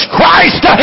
Christ